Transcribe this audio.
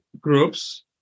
groups